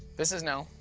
this is nell,